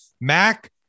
Mac